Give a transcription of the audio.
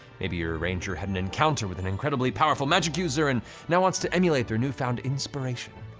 maybe your ranger had an encounter with an incredibly powerful magic user, and now wants to emulate their newfound inspiration.